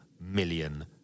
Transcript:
million